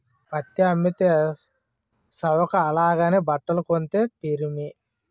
పత్తి అమ్మితే సవక అలాగని బట్టలు కొంతే పిరిమి